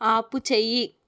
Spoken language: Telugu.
ఆపుచెయ్యి